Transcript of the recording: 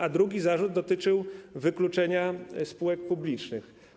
A drugi zarzut dotyczył wykluczenia spółek publicznych.